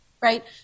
right